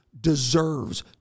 deserves